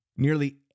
Nearly